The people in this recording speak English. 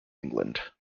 england